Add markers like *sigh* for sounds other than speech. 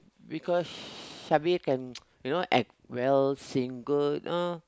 because Shabir can *noise* you know act well sing good uh